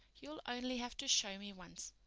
you'll only have to show me once.